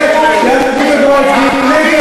כי החיבור שלך עם נפתלי בנט הוא חיבור.